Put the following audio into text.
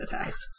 attacks